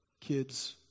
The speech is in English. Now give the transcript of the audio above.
Kids